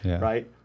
right